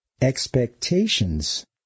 expectations